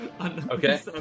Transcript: Okay